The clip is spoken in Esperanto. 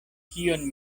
kion